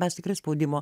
mes tikrai spaudimo